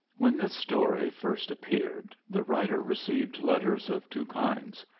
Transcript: when this story first appeared, the writer received letters of two kinds,